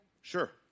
Sure